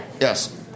Yes